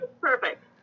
perfect